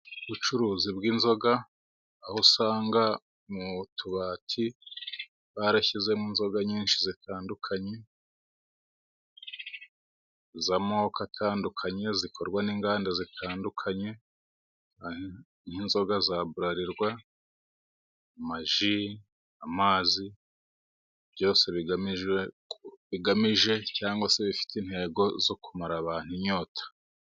Ubucuruzi bw'inzoga aho usanga mu tubati barashyizemo inzoga nyinshi zitandukanye z'amoko atandukanye, zikorwa n'inganda zitandukanye n'inzoga za burarirwa , amaji, amazi, byose bigamijwe bigamije cyangwa se bifite intego yo kumara abantu inyota.